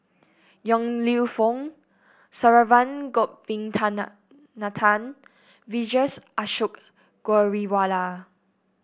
Yong Lew Foong Saravanan Vijesh Ashok Ghariwala